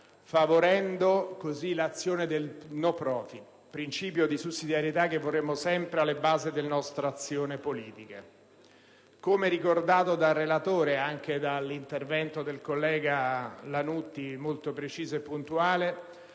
favorendo così l'azione del *non profit*; principio di sussidiarietà che vorremmo sempre alla base delle nostre azioni politiche. Come ricordato dal relatore e anche dal collega Lannutti nel suo intervento, molto preciso e puntuale,